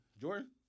Jordan